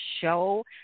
show